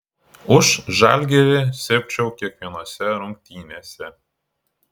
už žalgirį sirgčiau kiekvienose rungtynėse